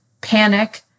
panic